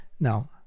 Now